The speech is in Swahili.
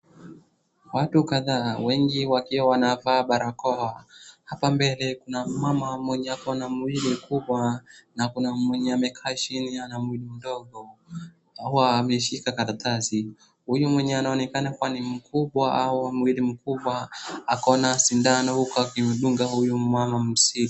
Watu kadhaa, wengi wakiwa wanavaa barakoa. Hapa mbele kuna mama mwenye ako na mwili kubwa na kuna mwenye amekaa chini ana mwili ndogo hawa ameshika karatasi. Huyu mwenye anaonekana kuwa ni mkubwa au wa mwili mkubwa ako na sindano huku akimdunga huyu mama mslim